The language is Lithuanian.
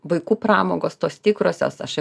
vaikų pramogos tos tikrosios aš